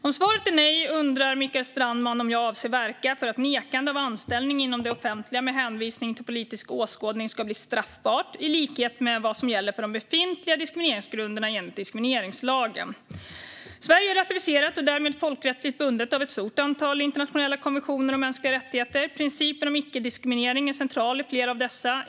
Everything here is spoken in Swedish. Om svaret är nej undrar Mikael Strandman om jag avser att verka för att nekande av anställning inom det offentliga med hänvisning till politisk åskådning ska bli straffbart, i likhet med vad som gäller för de befintliga diskrimineringsgrunderna enligt diskrimineringslagen. Sverige har ratificerat och är därmed folkrättsligt bundet av ett stort antal internationella konventioner om mänskliga rättigheter. Principen om icke-diskriminering är central i flera av dessa.